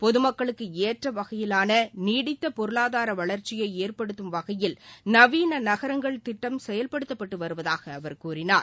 பொதுமக்களுக்கு ஏற்ற வகையிலான நீடித்த பொருளாதார வளர்ச்சியை ஏற்படுத்தும்வகையில் நவீன நகரங்கள் திட்டம் செயல்படுத்தப்பட்டு வருவதாக அவர் கூறினார்